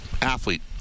athlete